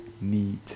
need